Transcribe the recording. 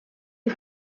die